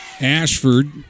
Ashford